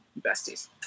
besties